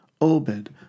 Obed